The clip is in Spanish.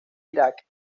irak